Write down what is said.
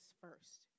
first